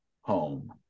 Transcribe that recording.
home